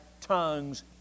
tongues